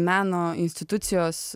meno institucijos